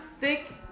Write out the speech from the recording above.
Thick